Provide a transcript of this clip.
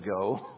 go